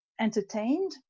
entertained